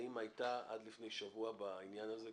האם הייתה עד לפני שבוע בעניין הזה,